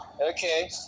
Okay